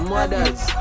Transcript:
Mothers